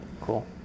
Cool